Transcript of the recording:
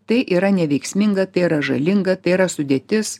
tai yra neveiksminga tai yra žalinga tai yra sudėtis